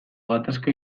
gatazka